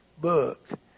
book